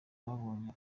babonye